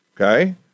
okay